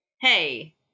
hey